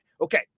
Okay